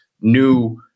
new